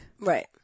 Right